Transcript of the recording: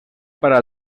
para